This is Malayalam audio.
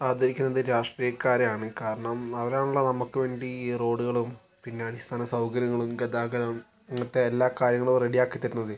ആദരിക്കുന്നത് രാഷ്ട്രിയക്കാരെയാണ് കാരണം അവരാണല്ലോ നമുക്ക് വേണ്ടി റോഡുകളും പിന്നെ അടിസ്ഥാന സൗകര്യങ്ങളും ഗതാഗതം അങ്ങനത്തെ എല്ലാ കാര്യങ്ങളും റെഡിയാക്കി തരുന്നത്ത്